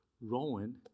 Rowan